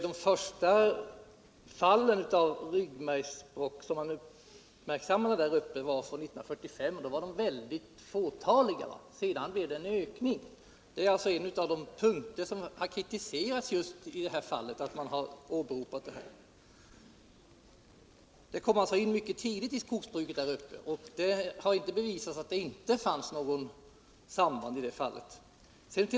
De första fallen av ryggmärgsbråck uppmärksammades år 1945. Antalet fall var litet men ökade sedan. En av de punkter som kritiserats just här är att man åberopade dessa uppgifter. Fenoxisyrorna kom alltså in mycket tidigt i skogsbruket i Nordvärmland. Om fenoxisyrornas inverkan på människans arvsmassa inverkan på människans arvsmassa och det har inte kunnat bevisas att här inte finns ett samband.